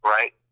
Right